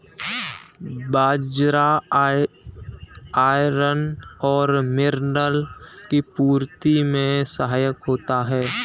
बाजरा iron और mineral की पूर्ति में सहायक होता है